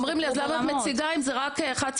אומרים לי "אז למה את מציגה אם זה רק חד-ספרתי",